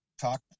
talk